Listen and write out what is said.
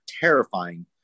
terrifying